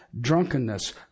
drunkenness